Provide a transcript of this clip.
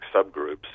subgroups